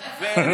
ולמנדלבליט.